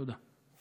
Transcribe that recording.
תודה.